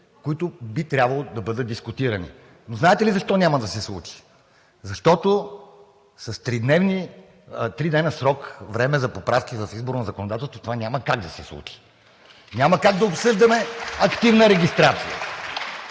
които би трябвало да бъдат дискутирани. Но знаете ли защо няма да се случи? Защото с три дена срок време за поправки в изборното законодателство това няма как да се случи. (Ръкопляскания от ГЕРБ-СДС.) Няма как да обсъждаме активна регистрация,